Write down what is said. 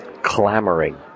Clamoring